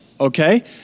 Okay